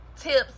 tips